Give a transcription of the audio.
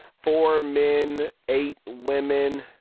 four men, eight women,